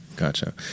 Gotcha